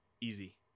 Easy